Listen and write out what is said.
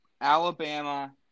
Alabama